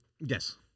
yes